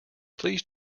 please